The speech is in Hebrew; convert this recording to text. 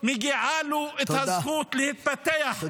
מגיעה לו הזכות להתקיים בכבוד,